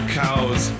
cows